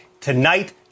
Tonight